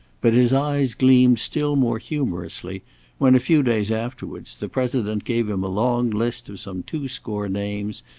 but his eyes gleamed still more humorously when, a few days afterwards, the president gave him a long list of some two score names,